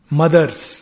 mother's